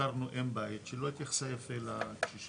פיטרנו אם בית שלא התייחסה יפה לקשישים,